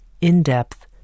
in-depth